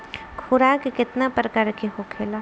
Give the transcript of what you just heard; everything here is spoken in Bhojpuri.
खुराक केतना प्रकार के होखेला?